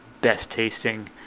best-tasting